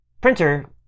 printer